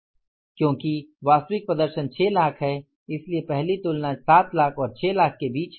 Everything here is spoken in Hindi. प्रदर्शन क्योंकि वास्तविक प्रदर्शन 6 लाख है इसलिए पहली तुलना 7 लाख और 6 के बीच है